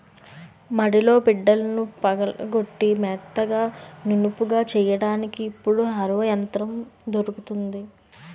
మడిలో బిడ్డలను పగలగొట్టి మెత్తగా నునుపుగా చెయ్యడానికి ఇప్పుడు హరో యంత్రం దొరుకుతుంది